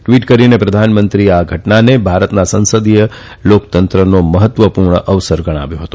tweet કરીને પ્રધાનમંત્રીએ તેને ભારતના સંસદીય લોકતંત્રનો મહત્વપુર્ણ વસર ગણાવ્યો હતો